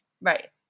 Right